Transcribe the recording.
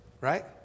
right